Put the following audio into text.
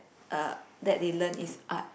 uh that they learn is art